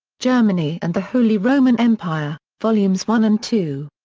germany and the holy roman empire, volumes one and two.